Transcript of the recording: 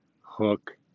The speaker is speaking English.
hook